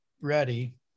ready